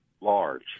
Large